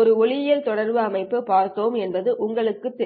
ஒரு ஒளியியல் தொடர்பு அமைப்பு பார்த்தோம் என்பது உங்களுக்குத் தெரியும்